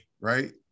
right